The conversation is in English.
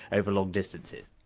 over long distances.